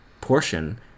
portion